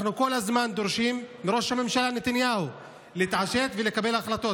אנחנו כל הזמן דורשים מראש הממשלה נתניהו להתעשת ולקבל החלטות.